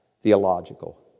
Theological